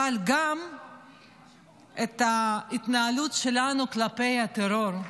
אבל גם את ההתנהלות שלנו כלפי הטרור.